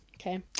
Okay